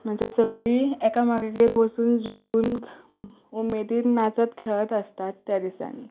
म्हणजे सगलीं एकामेकागेर वचून जेवन उमेदीन नाचत खेळत आसतात त्या दिसांनी